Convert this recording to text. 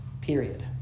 period